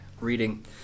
reading